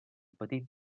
petit